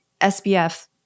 SBF